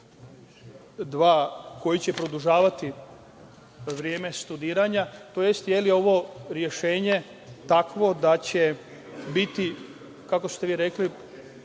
dva, koji će produžavati vreme studiranja, tj. da li je ovo rešenje takvo da će biti, kako ste vi rekli,